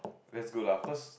that's good lah cause